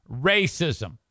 Racism